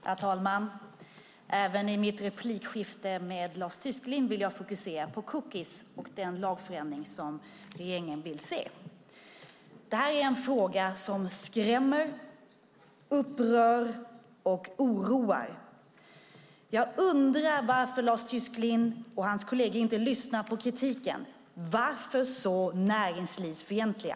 Herr talman! Även i mitt replikskifte med Lars Tysklind vill jag fokusera på cookies och den lagändring som regeringen vill se. Det här är en fråga som skrämmer, upprör och oroar. Jag undrar varför Lars Tysklind och hans kolleger inte lyssnar på kritiken. Varför är ni så näringslivsfientliga?